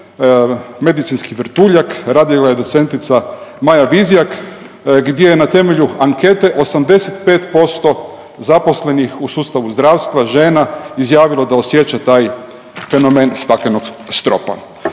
medicinski vrtuljak, radila je docentica Maja Vizjak, gdje je na temelju ankete 85% zaposlenih u sustavu zdravstva, žena izjavilo da osjeća taj fenomen staklenog stropa.